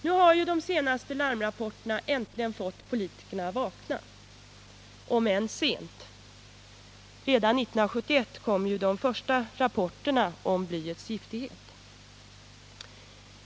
Nu har de senaste larmrapporterna äntligen fått politikerna att vakna, om än sent. Redan 1971 kom de första rapporterna om blyets giftighet.